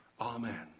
Amen